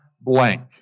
blank